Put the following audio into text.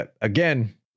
Again